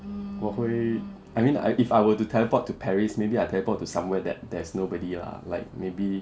我会 I mean if I were to teleport to paris maybe I teleport to somewhere that there's nobody lah like maybe